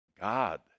god